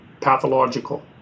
pathological